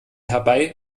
herbei